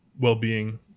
well-being